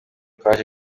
twaje